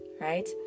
right